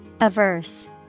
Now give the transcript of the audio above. Averse